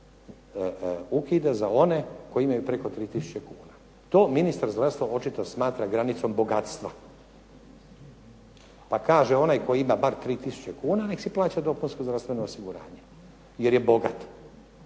ukida za one koji imaju preko 3000 kuna. To ministar zdravstva očito smatra granicom bogatstva, pa kaže onaj koji ima bar 3000 kuna nek si plaća dopunsko zdravstveno osiguranje jer je bogat.